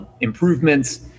improvements